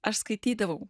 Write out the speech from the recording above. aš skaitydavau